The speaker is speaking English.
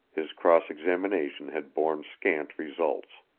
his cross-examination had borne scant results.